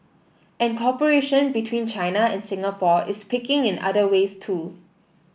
and cooperation between China and Singapore is picking in other ways too